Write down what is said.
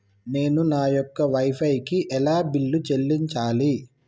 నేను నా యొక్క వై ఫై కి ఎలా బిల్లు చెల్లించాలి?